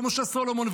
משה סולומון,